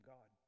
God